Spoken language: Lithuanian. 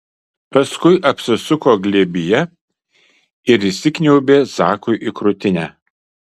paskui apsisuko glėbyje ir įsikniaubė zakui į krūtinę